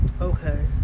Okay